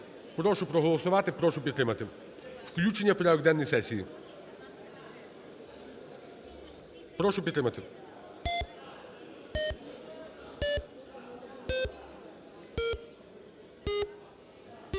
Прошу проголосувати, прошу підтримати включення в порядок денний сесії. Прошу підтримати.